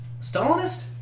Stalinist